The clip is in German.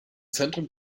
zentrum